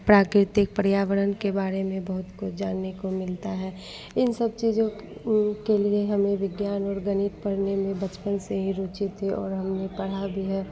प्राकृतिक पर्यावरण के बारे में बहुत कुछ जानने को मिलता है इन सब चीज़ों के लिए हमें विज्ञान और गणित पढ़ने में बचपन से ही रुचि थी और हमने पढ़ा भी है